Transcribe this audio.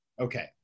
Okay